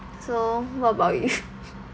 so what about you